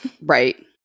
Right